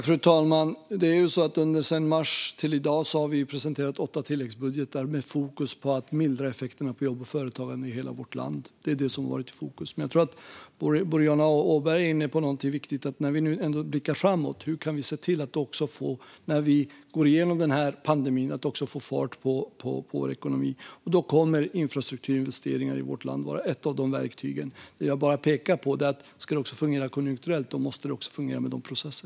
Fru talman! Sedan i mars till i dag har vi presenterat åtta tilläggsbudgetar med fokus på att mildra effekterna av pandemin på jobb och företagande i hela vårt land. Det är det som har varit i fokus. Men Boriana Åberg är inne på något viktigt: När vi nu ändå blickar framåt - hur kan vi då också se till att få fart på vår ekonomi när vi går igenom pandemin? Då kommer infrastrukturinvesteringar i vårt land att vara ett av verktygen. Det jag pekar på är att om det ska fungera konjunkturellt måste det också fungera med dessa processer.